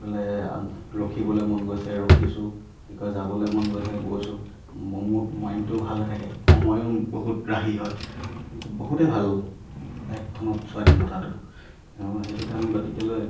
ৰখিবলে মন গৈছে ৰখিছোঁ কি কয় যাবলে মন গৈছে গৈছোঁ মোড মাইণ্ডটো ভাল হৈ থাকে সময়ো বহুত ৰাহি হয় বহুতে ভাল বাইকখনত স্বাধীনতাটো আৰু সেইটো কাৰণে গতিকেলৈ